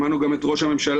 שמענו גם את ראש הממשלה,